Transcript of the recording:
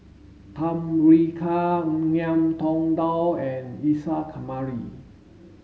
Tham Yui Kai Ngiam Tong Dow and Isa Kamari